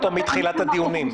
בין אם